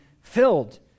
filled